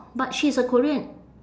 but she's a korean